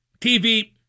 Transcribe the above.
TV